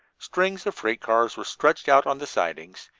strings of freight cars were stretched out on the sidings,